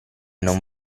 non